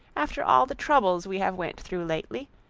after all the troubles we have went through lately,